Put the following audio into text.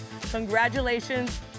congratulations